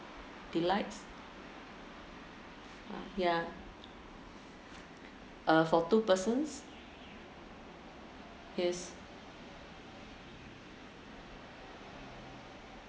delights ya uh for two persons yes